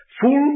full